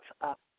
up